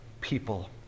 people